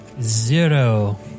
Zero